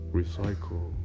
recycle